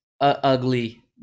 ugly